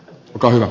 puhemies